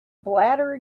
bladder